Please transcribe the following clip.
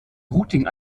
routing